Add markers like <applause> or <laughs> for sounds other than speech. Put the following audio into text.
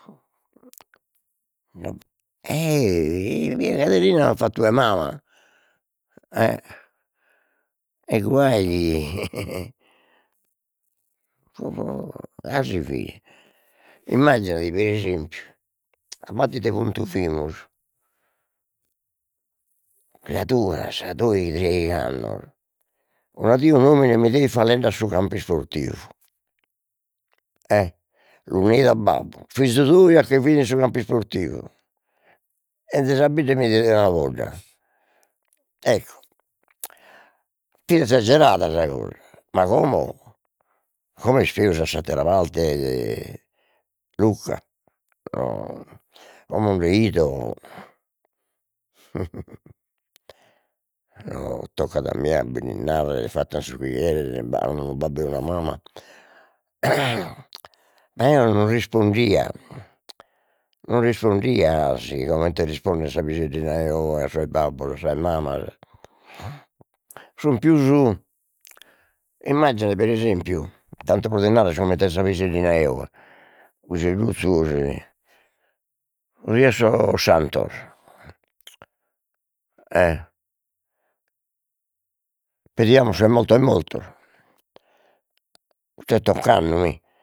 E e <unintelligible> Caderina m'at fattu 'e mama, e e guai chi <laughs> <unintelligible> 'asi fit, immagginadi pre esempiu a <hesitation> a d'ite puntu fimus, criaduras doighi treigh'annos, una die un'omine m''ideit falende a su campu isportivu <hesitation> lu neit a babbu, fizu tou già che fit in su campu isportivu, 'enzesi a bidda e mi deit una podda ecco fit esagerada sa cosa, ma como, como est peus a s'attera parte de, Luca no como nde 'ido <laughs> no toccat a mie a bi lis narrer, fattan su chi cheren ba- babbu e sa mama, <noise> eo non rispondia non rispondia 'asi, comente risponden sa piseddina 'e oe a sos babbos a sas mamas, sun pius, immaginadi pre esempiu tantu pro ti narrer coment'est sa piseddina 'e oe, pisedduzzu osi <hesitation> su die 'e sos Santos e pediamus sos mortos mortos <unintelligible> mi